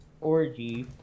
orgy